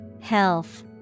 Health